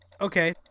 Okay